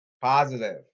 Positive